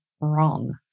wrong